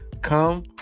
come